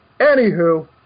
Anywho